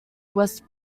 west